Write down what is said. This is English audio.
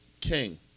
King